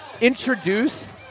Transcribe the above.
introduce